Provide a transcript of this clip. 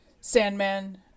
Sandman